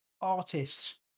artists